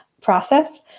process